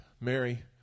Mary